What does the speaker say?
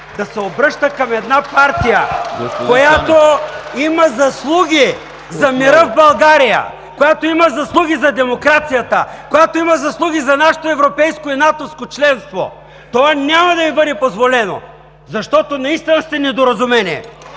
Господин Цонев! ЙОРДАН ЦОНЕВ: …има заслуги за мира в България, която има заслуги за демокрацията, която има заслуги за нашето европейско и натовско членство! Това няма да Ви бъде позволено, защото наистина сте недоразумение!